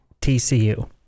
TCU